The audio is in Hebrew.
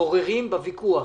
בוררים בוויכוח